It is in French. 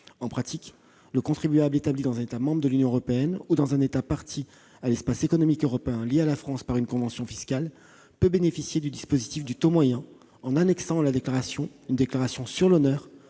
En pratique, le contribuable établi dans un État membre de l'Union européenne ou dans un État partie à l'Espace économique européen lié à la France par une convention fiscale peut bénéficier du dispositif du taux moyen, en annexant une déclaration sur l'honneur,